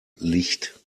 licht